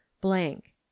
blank